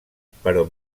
però